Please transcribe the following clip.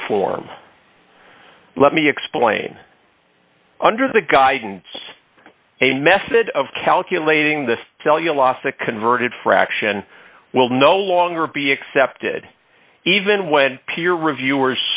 perform let me explain under the guidance a method of calculating the tell you last a converted fraction will no longer be accepted even when peer review